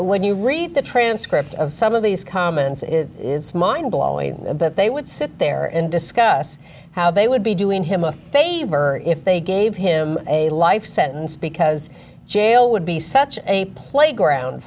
when you read the transcript of some of these comments it is mind blowing that they would sit there and discuss how they would be doing him a favor if they gave him a life sentence because jail would be such a playground